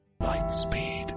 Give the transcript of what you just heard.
Lightspeed